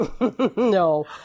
no